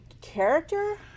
character